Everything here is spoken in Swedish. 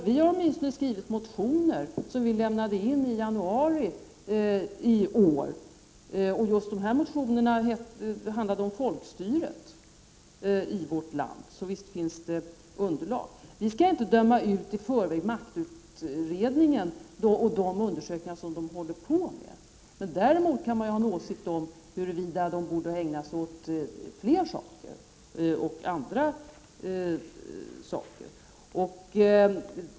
Vi har åtminstone skrivit motioner, som vi lämnade in i januari i år. Just de motioner som det här gäller handlade om folkstyret — så visst finns det underlag. Vi skall inte i förväg döma ut maktutredningen och de undersökningar som den utredningen håller på med. Däremot kan man ju ha en åsikt om huruvida utredningen borde ägna sig åt fler saker, och andra saker.